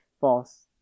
False